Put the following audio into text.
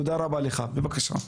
בבקשה.